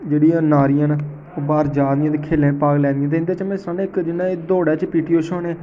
जेह्ड़िया नारियां न ओह् बाहर जा दियां न ते खेल्लें च भाग लै दियां न ते इं'दे च में सनाना इक जि'न्ने दौड़ें च पी टी ऊषा ने